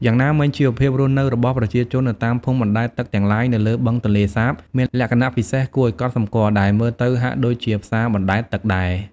យ៉ាងណាមិញ ជីវភាពរស់នៅរបស់ប្រជាជននៅតាមភូមិបណ្ដែតទឹកទាំងឡាយនៅលើបឹងទន្លេសាបមានលក្ខណៈពិសេសគួរឲ្យកត់សម្គាល់ ដែលមើលទៅហាក់ដូចជាផ្សារបណ្ដែតទឹកដែរ។